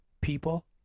People